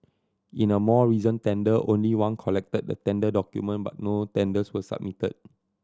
in a more recent tender only one collected the tender document but no tenders were submitted